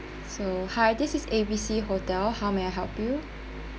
so hi this is A_B_C hotel how may I help you